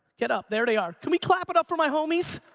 get up, there they are. can we clap it up for my homies?